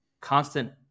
constant